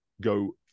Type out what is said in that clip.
go